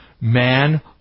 Man